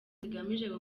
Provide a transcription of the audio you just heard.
zigamije